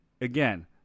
Again